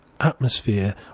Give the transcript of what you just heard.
atmosphere